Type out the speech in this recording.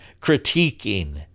critiquing